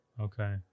okay